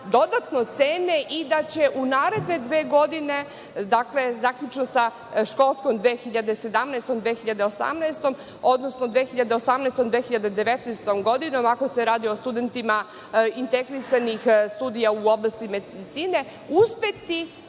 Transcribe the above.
dodatno cene i da će u naredne dve godine zaključno sa školskom 2017/2018. godinom, odnosno 2018/2019. godinom, ako se radi o studentima integrisanih studija u oblasti medicine, uspeti